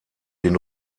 den